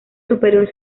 superior